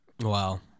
wow